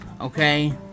okay